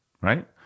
Right